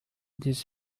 this